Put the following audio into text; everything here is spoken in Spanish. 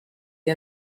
que